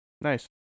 Nice